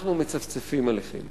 אנחנו מצפצפים עליכם.